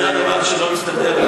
זה הדבר שלא מסתדר לי.